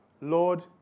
Lord